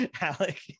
Alec